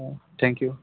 औ थेंकिउ